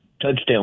touchdown